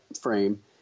frame